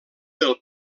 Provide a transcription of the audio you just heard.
del